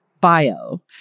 bio